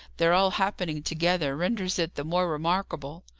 their all happening together renders it the more remarkable.